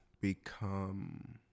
become